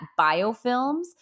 biofilms